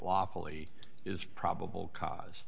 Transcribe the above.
lawfully is probable cause